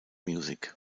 music